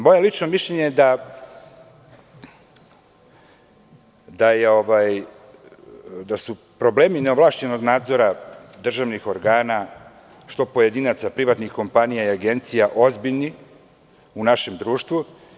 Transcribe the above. Moje lično mišljenje je da su problemi neovlašćenog nadzora državnih organa, što pojedinaca, privatnih kompanija i agencija, ozbiljni u našem društvu.